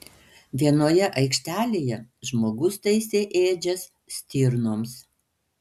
vienoje aikštelėje žmogus taisė ėdžias stirnoms